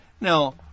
Now